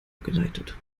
geleitet